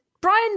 Brian